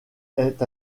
est